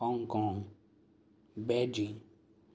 Hong Kong Beijing